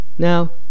Now